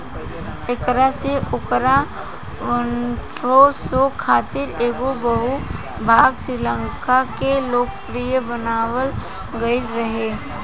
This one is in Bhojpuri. एकरा से ओकरा विनफ़्रे शो खातिर एगो बहु भाग श्रृंखला के लोकप्रिय बनावल गईल रहे